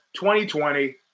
2020